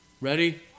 Ready